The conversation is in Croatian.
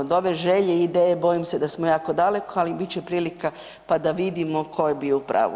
Od ove želje i ideje bojim se da smo jako daleko, al bit će prilika, pa da vidimo ko je bio u pravu.